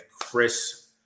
Chris